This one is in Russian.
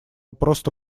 просто